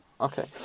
okay